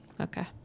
Okay